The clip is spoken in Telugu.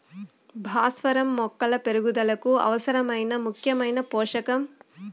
భాస్వరం మొక్కల పెరుగుదలకు అవసరమైన ముఖ్యమైన పోషకం